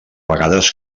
vegades